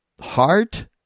heart